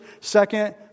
second